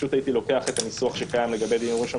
פשוט הייתי לוקח את הניסוח שקיים לגבי דיון ראשון